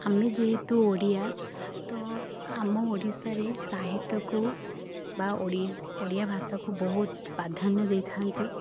ଆମେ ଯେହେତୁ ଓଡ଼ିଆ ତ ଆମ ଓଡ଼ିଶାରେ ସାହିତ୍ୟକୁ ବା ଓଡ଼ିଶା ଓଡ଼ିଆ ଭାଷାକୁ ବହୁତ ପ୍ରାଧାନ୍ୟ ଦେଇଥାନ୍ତି